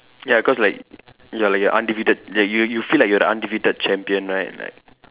ya cause like you're like you're undefeated that you you feel like you're the undefeated champion right like